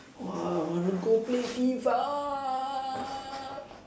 !wah! I want to go play FIFA